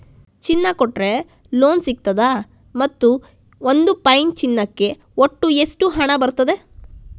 ಚಿನ್ನ ಕೊಟ್ರೆ ಲೋನ್ ಸಿಗ್ತದಾ ಮತ್ತು ಒಂದು ಪೌನು ಚಿನ್ನಕ್ಕೆ ಒಟ್ಟು ಎಷ್ಟು ಹಣ ಬರ್ತದೆ?